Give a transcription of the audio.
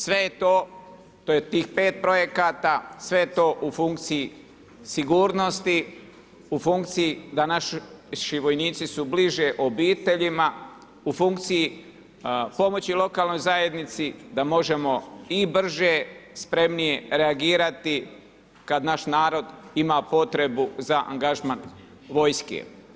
Sve je to, to je tih 5 projekata, sve je to u funkciji sigurnosti, u funkciji, da naši vojnici su bliže obiteljima, u funkciji pomoći lokalnoj zajednici, da možemo i brže, spremnije reagirati, kada naš narod ima potrebu za angažman vojske.